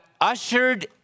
ushered